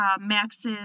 Max's